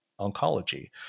Oncology